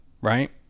right